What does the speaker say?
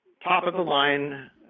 Top-of-the-line